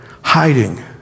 hiding